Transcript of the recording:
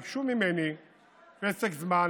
ביקשו ממני פסק זמן,